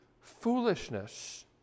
foolishness